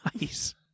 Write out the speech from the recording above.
Nice